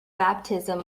baptism